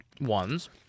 ones